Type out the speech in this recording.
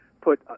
put